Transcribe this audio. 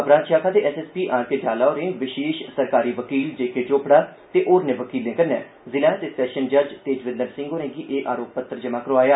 अपराध षाखा दे S S P R K Jala होरें विषेश सरकारी वकील जे के चोपड़ा ते होरने वकीलें कन्नै जिला ते सैषन जज तेजविंद्र सिंह होरें गी एह् आरोप पत्र जमा करोआया